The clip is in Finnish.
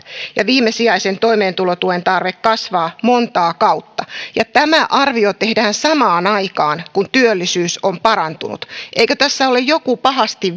ja viimesijaisen toimeentulotuen tarve kasvaa montaa kautta ja tämä arvio tehdään samaan aikaan kun työllisyys on parantunut eikö tässä ole joku pahasti